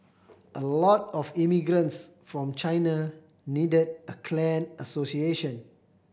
a lot of immigrants from China needed a clan association